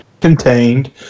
contained